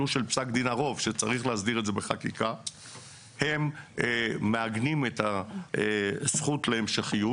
בדרום אוסטרליה אנחנו רואים שאם הנפטר תרם את הזרע לפני